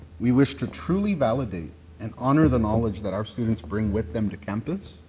we wish to truly validate and honor the knowledge that our students bring with them to campus,